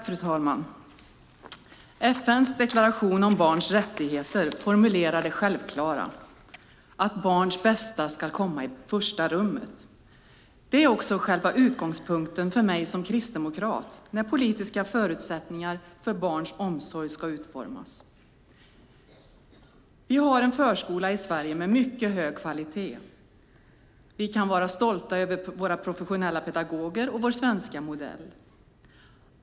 Fru talman! FN:s deklaration om barns rättigheter formulerar det självklara: att barns bästa ska komma i första rummet. Det är också själva utgångspunkten för mig som kristdemokrat när politiska förutsättningar för barns omsorg ska utformas. Vi har en förskola i Sverige med mycket hög kvalitet. Vi kan vara stolta över våra professionella pedagoger och vår svenska modell.